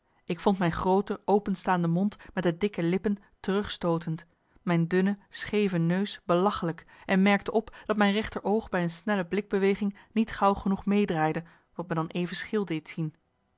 ik vond mijn groote openstaande mond met de dikke lippen terugstootend mijn dunne scheeve neus belachelijk en merkte op dat mijn rechteroog bij een snelle blikbeweging niet gauw genoeg meedraaide wat me dan even scheel deed zien